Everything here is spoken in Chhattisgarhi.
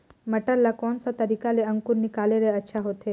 मटर ला कोन सा तरीका ले अंकुर निकाले ले अच्छा होथे?